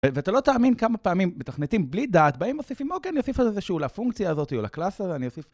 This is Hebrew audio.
ואתה לא תאמין כמה פעמים מתכניתים, בלי דעת, באים מוסיפים, אוקיי, אני אוסיף עוד איזשהו לפונקציה הזאתי או ל-class הזה, אני אוסיף